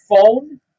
phone